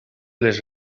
les